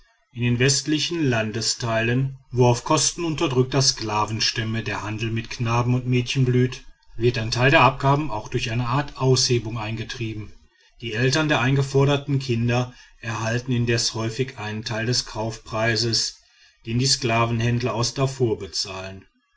in den westlichen landesteilen wo auf kosten unterdrückter sklavenstämme der handel mit knaben und mädchen blüht wird ein teil der abgaben auch durch eine art aushebung eingetrieben die eltern der eingeforderten kinder erhalten indes häufig einen teil des kaufpreises den die sklavenhändler aus darfur bezahlen